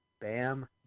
Bam